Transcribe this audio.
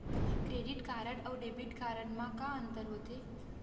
Credit card अऊ debit card मा का अंतर होथे?